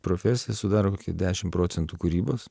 profesiją sudaro kokie dešim procentų kūrybos